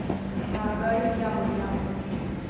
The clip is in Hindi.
परागण क्या होता है?